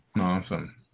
Awesome